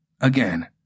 Again